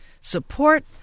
support